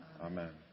Amen